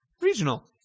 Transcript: Regional